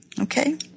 Okay